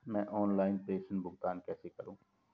मैं ऑनलाइन प्रेषण भुगतान कैसे करूँ?